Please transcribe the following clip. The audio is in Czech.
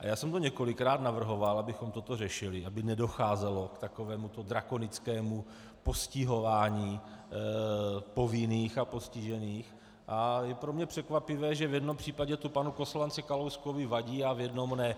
Já jsem několikrát navrhoval, abychom toto řešili, aby nedocházelo k takovémuto drakonickému postihování povinných a postižených, a je pro mě překvapivé, že v jednom případě to panu poslanci Kalouskovi vadí a v jednom ne.